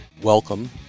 Welcome